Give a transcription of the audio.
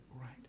Right